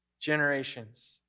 generations